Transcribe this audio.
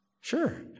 Sure